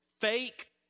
fake